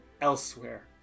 elsewhere